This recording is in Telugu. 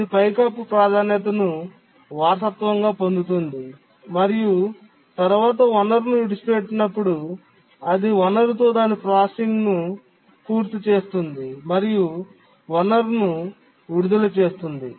ఇది సీలింగ్ ప్రాధాన్యతను వారసత్వంగా పొందుతుంది మరియు తరువాత వనరును విడిచిపెట్టినప్పుడు అది వనరుతో దాని ప్రాసెసింగ్ను పూర్తి చేస్తుంది మరియు వనరును విడుదల చేస్తుంది